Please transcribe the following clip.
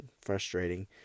frustrating